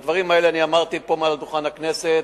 את הדברים האלה אמרתי פה, מעל דוכן הכנסת.